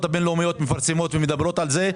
הבין לאומיים מפרסמים ומדברים על זה.